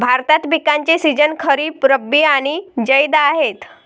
भारतात पिकांचे सीझन खरीप, रब्बी आणि जैद आहेत